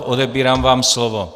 Odebírám vám slovo.